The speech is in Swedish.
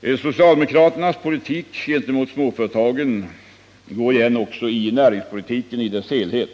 Den socialdemokratiska politiken gentemot småföretagen går igen också i näringspolitiken i dess helhet.